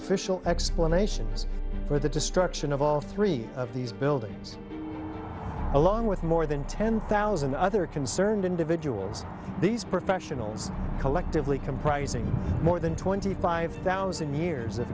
official explanations for the destruction of all three of these buildings along with more than ten thousand other concerned individuals these professionals collectively comprising more than twenty five thousand years of